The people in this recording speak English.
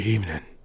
Evening